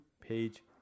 page